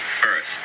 first